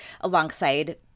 alongside